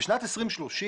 ובשנת 2030,